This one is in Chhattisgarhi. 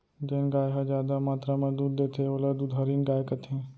जेन गाय ह जादा मातरा म दूद देथे ओला दुधारिन गाय कथें